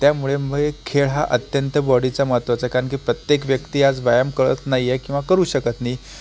त्यामुळे मुळे खेळ हा अत्यंत बॉडीचा महत्वाचा कारण की प्रत्येक व्यक्ती आज व्यायाम कळत नाही आहे किंवा करू शकत नाही